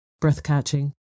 breath-catching